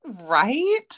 Right